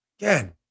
Again